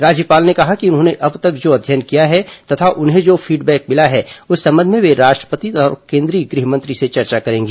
राज्यपाल ने कहा कि उन्होंने अब तक जो अध्ययन किया है तथा उन्हें जो फीडबैक मिला है उस संबंध में वे राष्ट्रपति और केंद्रीय गृह मंत्री से चर्चा करेंगी